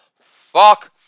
Fuck